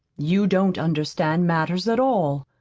you don't understand matters at all.